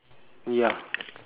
ya